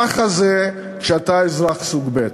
ככה זה כשאתה אזרח סוג ב'.